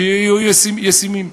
שיהיו ישימים.